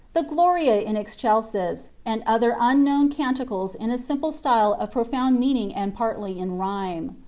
the gloria in excelsis, and other unknown canticles in a simple style of profound meaning and partly in rhyme.